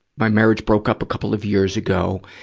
my marriage broke up a couple of years ago,